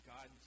God